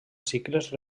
cicles